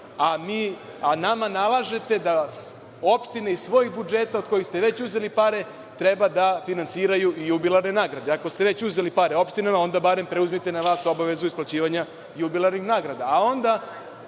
a nama nalažete da opštine iz svojih budžeta, od kojih ste već uzeli pare, treba da finansiraju jubilarne nagrade. Ako ste već uzeli pare opštinama, onda bar preuzmite na vas obavezu isplaćivanja jubilarnih nagrada.